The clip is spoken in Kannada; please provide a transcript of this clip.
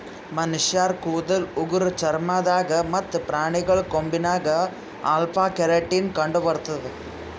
ಮನಶ್ಶರ್ ಕೂದಲ್ ಉಗುರ್ ಚರ್ಮ ದಾಗ್ ಮತ್ತ್ ಪ್ರಾಣಿಗಳ್ ಕೊಂಬಿನಾಗ್ ಅಲ್ಫಾ ಕೆರಾಟಿನ್ ಕಂಡಬರ್ತದ್